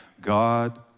God